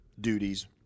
duties